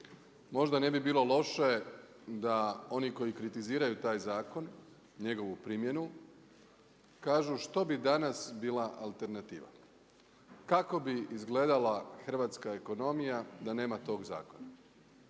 Možda ne bi bilo loše da oni koji kritiziraju taj zakon, njegovu primjenu, kažu što bi danas bila alternativa. Kako bi izgledala hrvatska ekonomija da nema tog zakon?